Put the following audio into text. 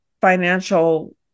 financial